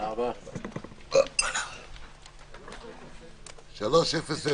הישיבה ננעלה בשעה 15:00.